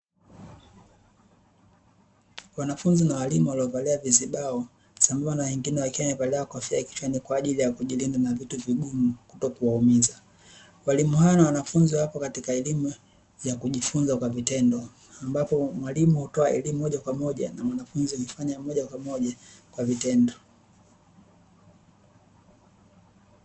Wanafunzi na walimu waliovalia vizibao, sambamba na wengine wakiwa wamevaa kofia kichwani, kwa ajili ya kujilinda na vitu vigumu kutokuwaumiza. Walimu hao na wanafunzi, wapo katika elimu ya kujifunza kwa vitendo ambapo, mwalimu hutoa elimu moja kwa moja na mwanafunzi kuifanya moja kwa moja kwa vitendo.